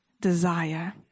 desire